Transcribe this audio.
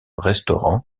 restaurants